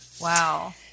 Wow